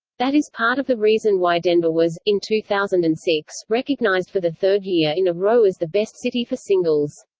that is part of the reason why denver was, in two thousand and six, recognized for the third year in a row as the best city for singles.